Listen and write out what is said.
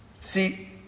see